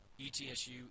ETSU